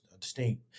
distinct